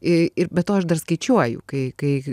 i ir be to aš dar skaičiuoju kai kai